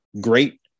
great